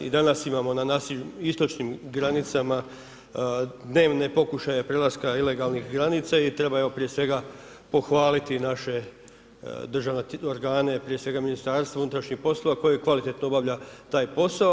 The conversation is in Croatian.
I danas imamo na našim istočnim granicama, dnevne pokušaje prelaska ilegalnih granica i treba evo, prije svega pohvaliti, naše državne organe, prije svega Ministarstvo unutrašnjih poslova, koje kvalitetno obavlja taj posao.